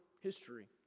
history